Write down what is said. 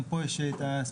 גם פה יש ספציפיקציה.